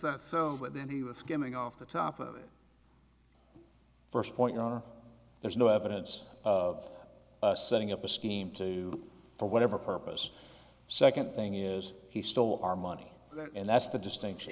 that's so but then he was skimming off the top of it first point on there's no evidence of setting up a scheme to for whatever purpose second thing is he stole our money and that's the distinction